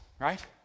right